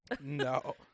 No